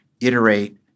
iterate